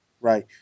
Right